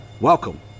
Welcome